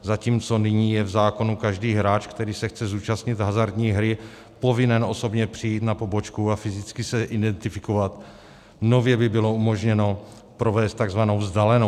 Zatímco nyní je v zákonu každý hráč, který se chce zúčastnit hazardní hry, povinen osobně přijít na pobočku a fyzicky se identifikovat, nově by bylo umožněno provést takzvanou vzdálenou identifikaci.